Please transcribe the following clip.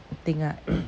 that thing right